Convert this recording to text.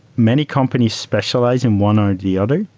many companies specialize in one or the other.